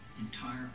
entire